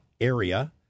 Area